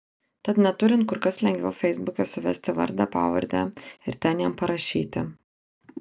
tad neturint kur kas lengviau feisbuke suvesti vardą pavardę ir ten jam parašyti